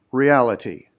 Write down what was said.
reality